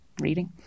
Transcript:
reading